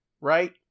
Right